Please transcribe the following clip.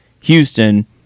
Houston